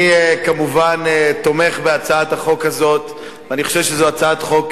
אני כמובן תומך בהצעת החוק הזאת ואני חושב שזו הצעת חוק